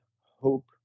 hope